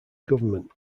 government